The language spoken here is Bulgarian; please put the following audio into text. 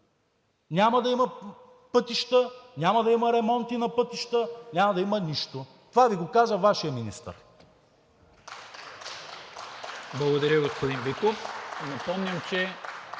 Няма да има пътища, няма да има ремонти на пътища, няма да има нищо! Това Ви го каза Вашият министър! (Ръкопляскания от